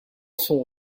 son